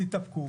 תתאפקו.